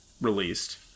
released